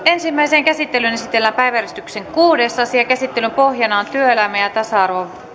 ensimmäiseen käsittelyyn esitellään päiväjärjestyksen kuudes asia käsittelyn pohjana on työelämä ja tasa